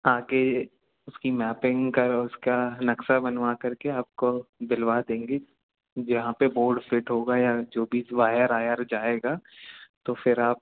ताकि उसकी मैपिंग का उसका नक्शा बनवा करके आपको दिलवा देंगे जहाँ पर बोर्ड फिट होगा या जो भी वायर आयर जाएगा तो फिर आप